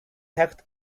tucked